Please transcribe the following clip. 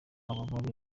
bubabare